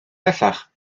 bellach